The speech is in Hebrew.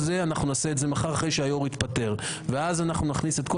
נעשה את זה מחר אחרי שהיו"ר יתפטר ואז נכניס את כל